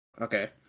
okay